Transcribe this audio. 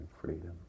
freedom